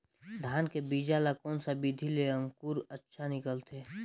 धान के बीजा ला कोन सा विधि ले अंकुर अच्छा निकलथे?